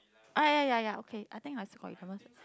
ah ya ya ya okay I think I still got eleven